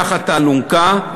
תחת האלונקה,